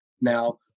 now